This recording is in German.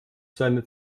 seine